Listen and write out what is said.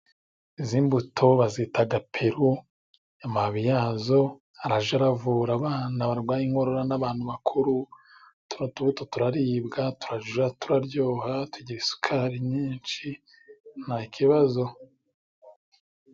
Izi mbuto bazitaga gaperu amababi yazo arajaravura abana barwaye inkorora n'abantu bakuru turiya tubuto turaribwa turaja turaryoha tugira isukari nyinshi nta kibazo.